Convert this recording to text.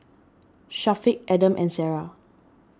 Syafiq Adam and Sarah